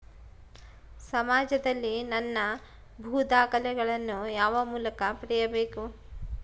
ಸಮಾಜದಲ್ಲಿ ನನ್ನ ಭೂ ದಾಖಲೆಗಳನ್ನು ಯಾವ ಮೂಲಕ ಪಡೆಯಬೇಕು?